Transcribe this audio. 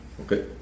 Okay